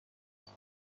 لطفا